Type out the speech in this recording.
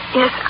yes